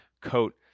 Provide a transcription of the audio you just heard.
coat